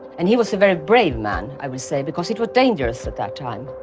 and he was a very brave man, i would say, because it was dangerous at that time.